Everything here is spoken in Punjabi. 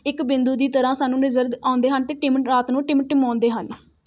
ਇੱਕ ਬਿੰਦੂ ਦੀ ਤਰ੍ਹਾਂ ਸਾਨੂੰ ਨਜ਼ਰ ਆਉਂਦੇ ਹਨ ਅਤੇ ਟੀਮ ਰਾਤ ਨੂੰ ਟਿਮ ਟਮਾਉਂਦੇ ਹਨ